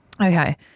Okay